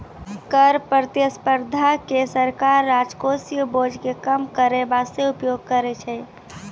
कर प्रतिस्पर्धा के सरकार राजकोषीय बोझ के कम करै बासते उपयोग करै छै